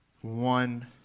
one